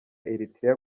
eritrea